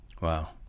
wow